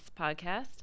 podcast